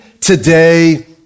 today